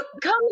come